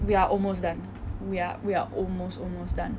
we are almost done we are we are almost almost done